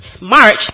March